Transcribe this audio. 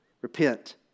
repent